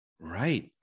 Right